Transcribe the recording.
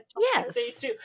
Yes